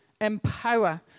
empower